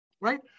right